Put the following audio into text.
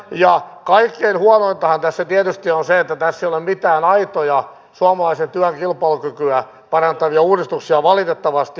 ja kaikkein huonointahan tässä tietysti on se että tässä ei ole mitään aitoja suomalaisen työn kilpailukykyä parantavia uudistuksia valitettavasti